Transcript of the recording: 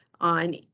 on